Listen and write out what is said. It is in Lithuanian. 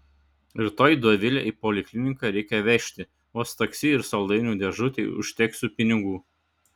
rytoj dovilę į polikliniką reikia vežti vos taksi ir saldainių dėžutei užteksiu pinigų